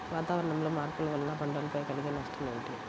వాతావరణంలో మార్పుల వలన పంటలపై కలిగే నష్టం ఏమిటీ?